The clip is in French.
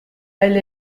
elle